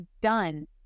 done